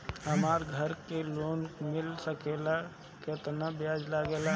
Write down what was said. हमरा घर के लोन मिल सकेला केतना ब्याज लागेला?